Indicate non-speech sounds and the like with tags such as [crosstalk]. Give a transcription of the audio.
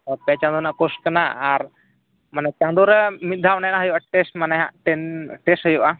ᱯᱮ ᱪᱟᱸᱫᱳ ᱨᱮᱱᱟᱜ ᱠᱳᱨᱥ ᱠᱟᱱᱟ ᱟᱨ ᱢᱟᱱᱮ ᱪᱟᱸᱫᱳ ᱨᱮ ᱢᱤᱫ ᱫᱷᱟᱣ ᱚᱱᱮᱼᱚᱱᱟ ᱦᱩᱭᱩᱜᱼᱟ ᱢᱟᱱᱮᱦᱟᱜ [unintelligible] ᱴᱮᱥ ᱦᱩᱭᱩᱜᱼᱟ